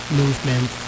movement